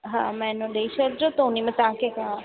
हा महीनो ॾेई छॾिजो थो उनमें तव्हांखे हा